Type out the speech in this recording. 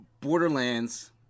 borderlands